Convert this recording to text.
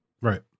Right